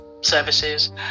services